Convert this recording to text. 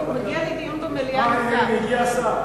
מגיע לי דיון במליאה עם השר.